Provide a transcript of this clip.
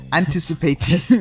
anticipating